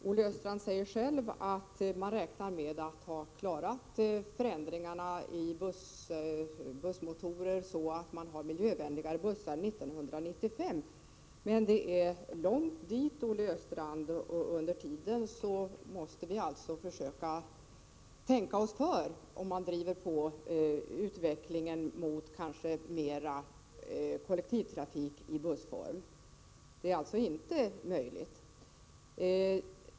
Olle Östrand säger själv att man räknar med att kunna förändra bussmotorerna, så att det finns miljövänligare bussar 1995. Men det är långt till dess, Olle Östrand. Under tiden måste vi alltså tänka oss för, om nu utvecklingen drivs mot mera kollektivtrafik med bussar. Det är alltså inte möjligt.